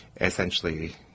essentially